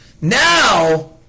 Now